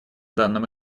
данном